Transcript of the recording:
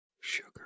sugar